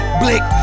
blick